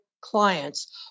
clients